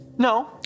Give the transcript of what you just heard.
No